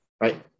right